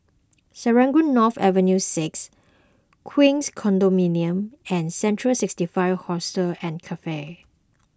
Serangoon North Avenue six Queens Condominium and Central sixty five Hostel and Cafe